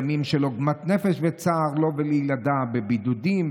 ימים של עוגמת נפש וצער לו ולילדיו בבידודים,